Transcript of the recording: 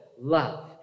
love